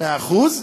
מאה אחוז.